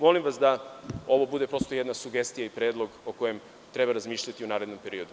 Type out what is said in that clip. Molim vas da ovo bude, prosto jedna sugestija i predlog o kojem treba razmišljati u narednom periodu.